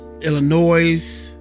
Illinois